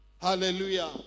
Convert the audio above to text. Hallelujah